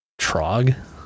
Trog